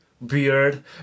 Beard